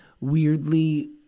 weirdly